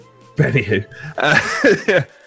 Anywho